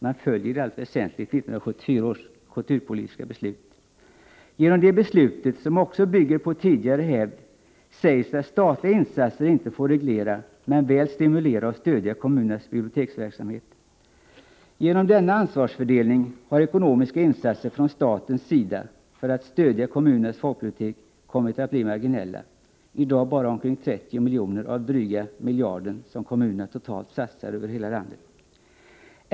Man följer i allt väsentligt 1974 års kulturpolitiska beslut. Genom det beslutet, som också bygger på tidigare hävd, sägs att statliga insatser inte får reglera, men väl stimulera och stödja kommunernas biblioteksverksamhet. Genom denna ansvarsfördelning har ekonomiska insatser från statens sida för att stödja kommunernas folkbibliotek kommit att bli marginella — i dag bara omkring 30 miljoner av den dryga miljard som kommunerna totalt satsar över hela landet.